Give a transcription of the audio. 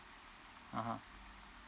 (uh huh)